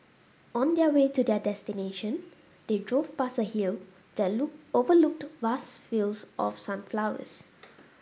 on their way to their destination they drove past a hill that look overlooked vast fields of sunflowers